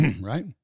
right